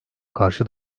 karşı